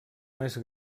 més